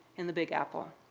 in the big apple.